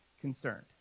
concerned